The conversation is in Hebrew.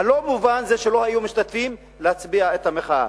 הלא-מובן זה שלא היו משתתפים בהבעת המחאה.